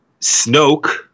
Snoke